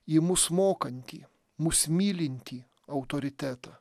į mus mokantį mus mylintį autoritetą